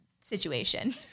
situation